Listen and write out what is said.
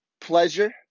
pleasure